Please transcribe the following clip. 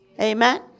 Amen